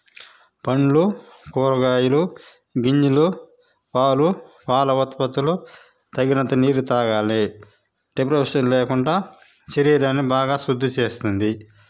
పండ్లు కూరగాయలు గింజలు పాలు పాల ఉత్పత్తులు తగినంత నీరు తాగాలి డీహైడ్రేషన్ లేకుండా శరీరాన్ని బాగా శుద్ధి చేస్తుంది